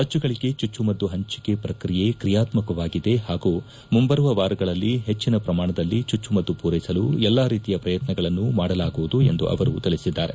ರಾಜ್ಯಗಳಿಗೆ ಚುಚ್ಚುಮದ್ದು ಪಂಚಕೆ ಪ್ರಕ್ರಿಯೆ ಕ್ರಿಯಾತ್ಸಕವಾಗಿದೆ ಹಾಗೂ ಮುಂಬರುವ ವಾರಗಳಲ್ಲಿ ಹೆಚ್ಚಿನ ಪ್ರಮಾಣದಲ್ಲಿ ಚುಚ್ಚುಮದ್ದು ಪೂರೈಸಲು ಎಲ್ಲಾ ರೀತಿಯ ಪ್ರಯತ್ನಗಳನ್ನು ಮಾಡಲಾಗುವುದು ಎಂದು ಅವರು ತಿಳಿಸಿದ್ದಾರೆ